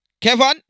Kevin